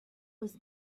was